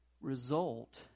result